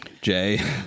Jay